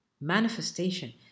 Manifestation